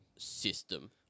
system